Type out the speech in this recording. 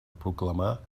proclamar